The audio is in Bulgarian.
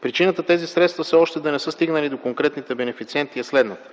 Причината тези средства все още да не са стигнали до конкретните бенефициенти е следната: